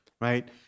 right